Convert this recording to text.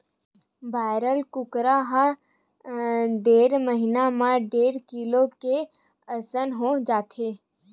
broiler कुकरा ह डेढ़ महिना म डेढ़ किलो के असन हो जाथे